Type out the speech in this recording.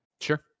sure